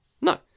No